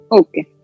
okay